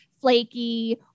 flaky